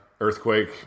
earthquake